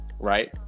Right